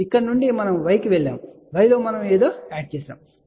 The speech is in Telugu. కాబట్టి ఇక్కడ నుండి మనం y కి వెళ్ళాము y లో మనం ఏదో యాడ్ చేశాము